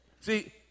See